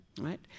right